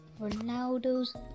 Ronaldo's